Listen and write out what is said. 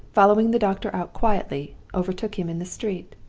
following the doctor out quietly, overtook him in the street.